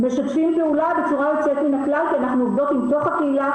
משתפים פעולה בצורה יוצאת מן הכלל כי אנחנו עובדות עם תוך הקהילה,